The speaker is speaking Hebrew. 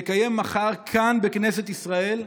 לקיים מחר, כאן בכנסת ישראל,